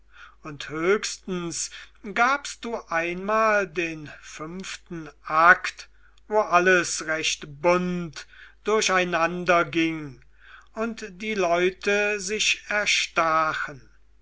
und höchstens gabst du einmal den fünften akt wo alles recht bunt durcheinander ging und die leute sich erstachen